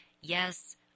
Yes